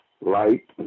light